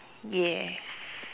yeah